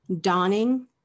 dawning